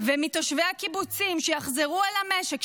ומתושבי הקיבוצים שיחזרו אל המשק,